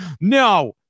no